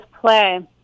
play